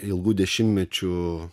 ilgų dešimtmečių